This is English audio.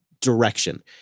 direction